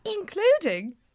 Including